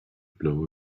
blow